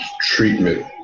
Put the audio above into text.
treatment